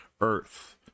Earth